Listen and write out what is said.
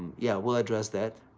yeah, we'll address that.